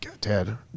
Dad